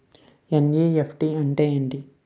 NEFT అంటే ఏమిటి?